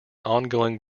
ongoing